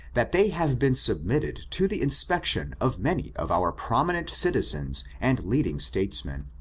that they have been submitted to the inspection of many of our prominent citiaens and leading statesmen,